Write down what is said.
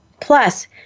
Plus